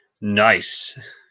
Nice